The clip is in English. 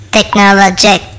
Technologic